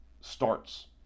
starts